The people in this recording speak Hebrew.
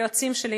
ליועצים שלי,